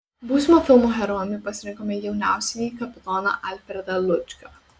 būsimo filmo herojumi pasirinkome jauniausiąjį kapitoną alfredą lučką